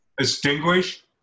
Extinguish